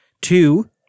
two